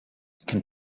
can